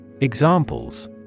Examples